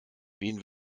wen